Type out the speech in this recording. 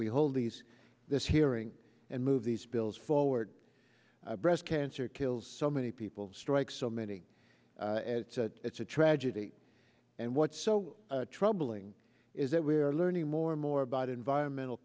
we hold these this hearing and move these bills forward breast cancer kills so many people strikes so many it's a tragedy and what's so troubling is that we are learning more and more about environmental